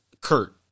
Kurt